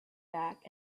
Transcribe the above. back